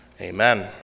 Amen